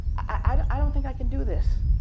i don't think i can do this,